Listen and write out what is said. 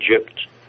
Egypt